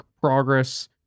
progress